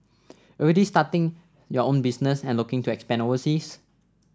already started your own business and looking to expand overseas